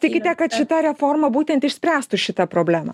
tikite kad šita reforma būtent išspręstų šitą problemą